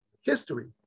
history